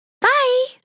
Bye